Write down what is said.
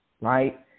right